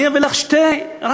אני אביא לך רק שתי עובדות.